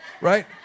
right